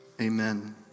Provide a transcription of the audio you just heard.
Amen